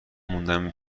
موندم